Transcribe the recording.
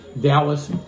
Dallas